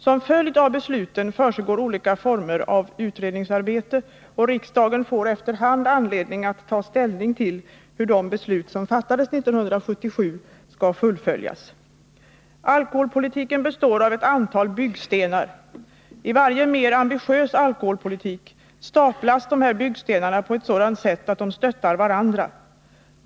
Som följd av besluten försiggår olika former av utredningsarbete, och riksdagen får efter hand anledning att ta ställning till hur de beslut som fattades 1977 skall fullföljas. Alkoholpolitiken består av ett antal byggstenar. I varje mer ambitiös alkoholpolitik staplas dessa byggstenar på ett sådant sätt att de stöttar varandra.